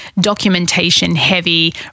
documentation-heavy